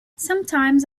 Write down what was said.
sometimes